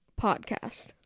podcast